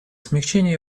смягчения